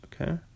okay